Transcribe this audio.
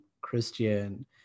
Christian